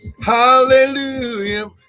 Hallelujah